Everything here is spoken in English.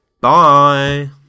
Bye